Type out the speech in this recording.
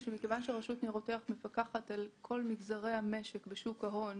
שרשות ניירות ערך מפקחת על כל מגזרי המשק בשוק ההון